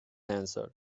answered